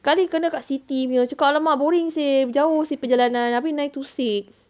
sekali kena dekat city nya aku cakap !alamak! boring seh jauh seh perjalanan habis nine to six